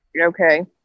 Okay